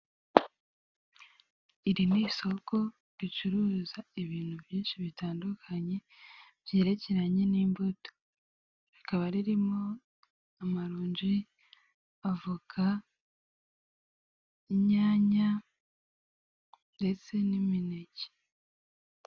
Iri ni isoko ricuruza ibintu byinshi bitandukanye byerekeranye n'imbuto. Rikaba ririmo amaronji, avoka, inyanya, ndetse n'imineke.